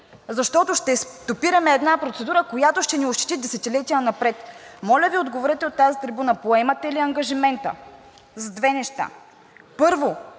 защото ще стопираме една процедура, която ще ни ощети десетилетия напред. Моля Ви, отговорете от тази трибуна: поемате ли ангажимента за две неща: първо,